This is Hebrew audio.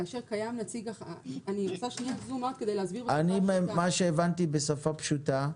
כאשר קיים נציג אחראי אני עושה שנייה זום אאוט כדי להסביר בשפה פשוטה.